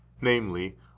namely